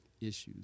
issues